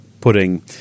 putting